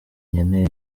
nkeneye